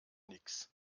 nix